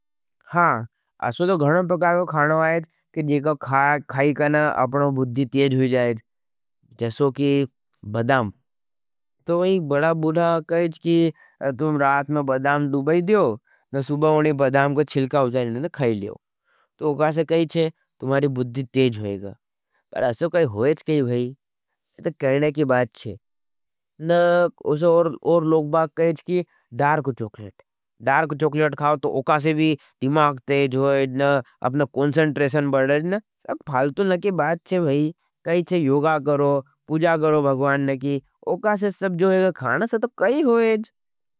हाँ, असो थो घणों पकावीयो खाणो आयेज, कि जीको खाई कन अपनो बुद्धी तेज हुई जायेज। जसो की बढाम, तो वही बड़ा बुधा कहेज की तुम रात में बढाम डूबएद्यो। न सुबा उने बढाम को छिलका उजाए न न खाई लियो। तो उकासे कही छे, तुमारी बुद्धी तेज हुईगा, पर असो कही हुईज कही भाई। ये तो कहने की बाद छे, न उसो और लोग बाग कहीच की डार्क चोकलेट, डार्क चोकलेट खाओ। तो उकासे भी दिमाग तेज हुईज, अपना कोंसंट्रेशन बढ़ेज न, फा कल तो नकी बाद छे भाई, कही छे योगा करो। पूजा करो भगवान नकी, उकासे सब जोएगा, खाने से तो कही हुईज।